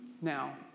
now